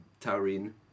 taurine